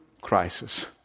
crisis